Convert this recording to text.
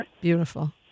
Beautiful